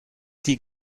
die